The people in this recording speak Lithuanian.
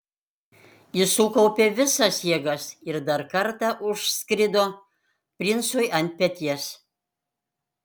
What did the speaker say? jis sukaupė visas jėgas ir dar kartą užskrido princui ant peties